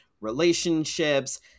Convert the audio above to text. relationships